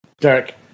Derek